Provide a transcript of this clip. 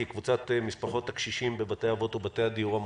קבוצת משפחות הקשישים בבתי האבות ובבתי הדיור המוגן.